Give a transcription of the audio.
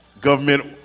government